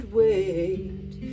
wait